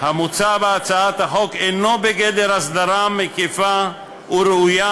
המוצע בהצעת החוק אינו בגדר הסדרה מקיפה וראויה